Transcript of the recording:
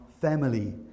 family